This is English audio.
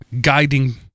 guiding